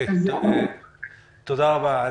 תודה רבה.